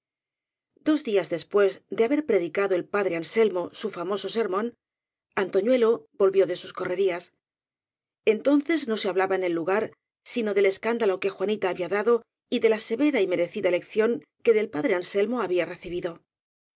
dos días después de haber predicado ei padre anselmo su famoso sermón antoñuelo volvió de sus correrías entonces no se hablaba en el lugar sino del escándalo que juanita había dado y de la severa y merecida lección que del padre anselmo había recibido